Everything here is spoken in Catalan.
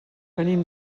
venim